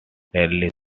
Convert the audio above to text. rarely